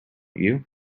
you